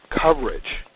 coverage